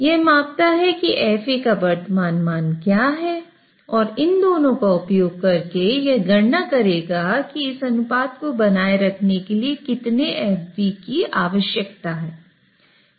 यह मापता है कि FA का वर्तमान मान क्या है और इन दोनों का उपयोग करके यह गणना करेगा कि इस अनुपात को बनाए रखने के लिए के कितने FB की आवश्यकता है